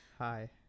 Hi